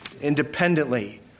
independently